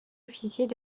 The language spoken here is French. officiers